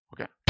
Okay